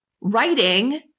writing